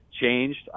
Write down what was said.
changed